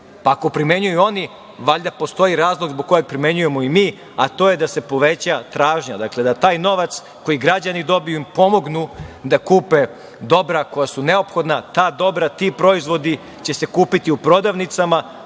Pa, ako primenjuju oni, valjda postoji razlog zbog koga primenjujemo i mi, a to je da se poveća tražnja. Dakle, da taj novac koji građani dobiju im pomognu da kupe dobra koja su neophodna. Ta dobra, ti proizvodi će se kupiti u prodavnicama.